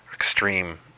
extreme